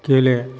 गेले